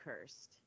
cursed